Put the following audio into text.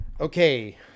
Okay